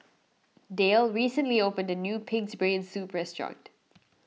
Dayle recently opened a new Pig's Brain Soup restaurant